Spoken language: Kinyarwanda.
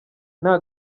nta